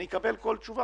אני אקבל כל תשובה,